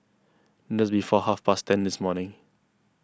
just before half past ten this morning